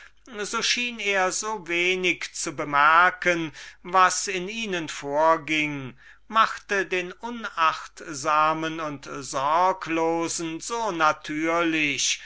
er so wenig zu bemerken was in ihnen vorging machte den unachtsamen und sorglosen so natürlich